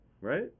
right